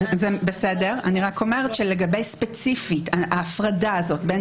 אני רק אומרת שספציפית לגבי ההפרדה בין